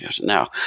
Now